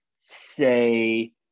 say